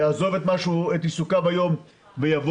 יעזוב את עיסוקיו היום ויבוא,